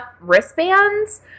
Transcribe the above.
wristbands